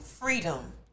freedom